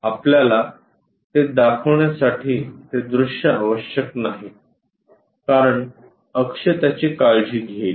आपल्याला ते दाखवण्यासाठी ते दृश्य आवश्यक नाही कारण अक्ष त्याची काळजी घेईल